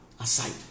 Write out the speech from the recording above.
aside